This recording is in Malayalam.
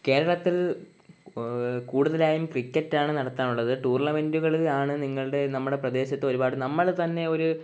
കേരളത്തിൽ കൂടുതലായും ക്രിക്കറ്റ് ആണ് നടത്താൻ ഉള്ളത് ടൂർണമെൻറ്റുകളിലാണ് നിങ്ങളുടെ നമ്മുടെ പ്രദേശത്തൊരുപാട് നമ്മൾ തന്നെയൊരു